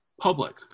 public